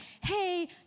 hey